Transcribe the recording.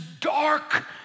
dark